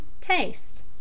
taste